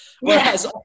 Whereas